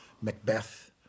Macbeth